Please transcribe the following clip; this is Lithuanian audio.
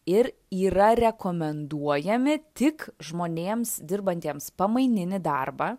ir yra rekomenduojami tik žmonėms dirbantiems pamaininį darbą